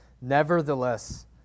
Nevertheless